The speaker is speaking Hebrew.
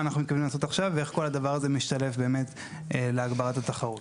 אנחנו מתכוונים לעשות עכשיו ואיך כל הדבר הזה משתלב באמת להגברת התחרות.